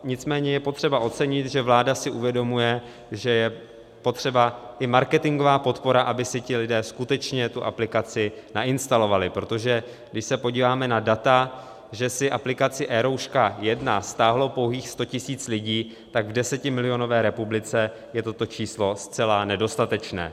Nicméně je potřeba ocenit, že vláda si uvědomuje, že je potřeba i marketingová podpora, aby si ti lidé skutečně tu aplikaci nainstalovali, protože když se podíváme na data, že si aplikaci eRouška 1 stáhlo pouhých 100 tisíc lidí, tak v desetimilionové republice je toto číslo zcela nedostatečné.